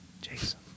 Jason